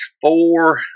four